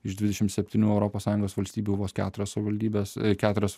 iš dvidešimt septynių europos sąjungos valstybių vos keturios savivaldybės keturios